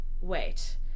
wait